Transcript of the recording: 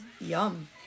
Yum